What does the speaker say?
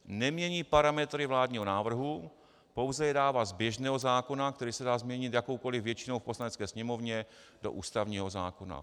Nemění parametry vládního návrhu, pouze je dává z běžného zákona, který se dá změnit jakoukoli většinou v Poslanecké sněmovně, do ústavního zákona.